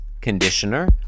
Conditioner